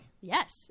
Yes